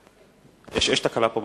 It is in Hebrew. יש תקלה פה במיקרופון,